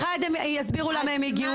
הם יסבירו למה הם הגיעו.